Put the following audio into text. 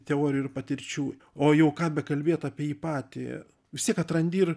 teorijų ir patirčių o jau ką bekalbėt apie jį patį vis tiek atrandi ir